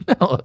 no